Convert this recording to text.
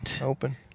open